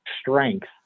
strength